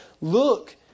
Look